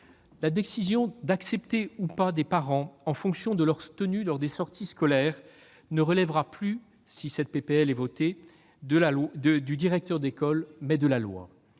la décision d'accepter ou pas des parents en fonction de leur tenue lors des sorties scolaires relèvera non plus du directeur d'école, mais de la loi.